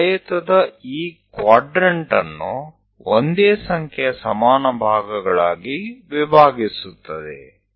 ಆ ಆಯತದ ಈ ಕ್ವಾಡ್ರೆಂಟ್ ಅನ್ನು ಒಂದೇ ಸಂಖ್ಯೆಯ ಸಮಾನ ಭಾಗಗಳಾಗಿ ವಿಭಾಗಿಸುತ್ತದೆ